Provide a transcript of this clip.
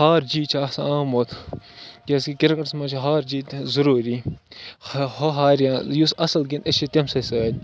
ہار جیٖت چھُ آسان آمُت کیٛازِکہِ کِرکَٹَس منٛز چھِ ہار جیٖت ضٔروٗری ہاریٛا یُس اَصٕل گِنٛدِ أسۍ چھِ تٔمۍ سٕے سۭتۍ